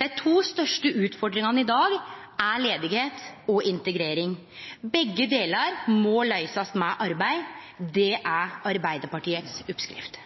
Dei to største utfordringane i dag er ledigheit og integrering. Begge delar må løysast med arbeid. Det er Arbeidarpartiets oppskrift.